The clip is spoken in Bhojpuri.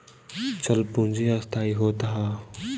चल पूंजी अस्थाई होत हअ